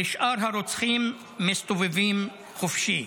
ושאר הרוצחים מסתובבים חופשי.